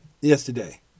yesterday